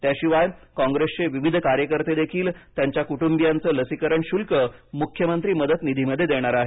त्याशिवाय कॉंग्रेसचे विविध कार्यकर्तेदेखील त्यांच्या कुटुंबीयांचं लसीकरण शुल्क मुख्यमंत्री मदत निधीमध्ये देणार आहेत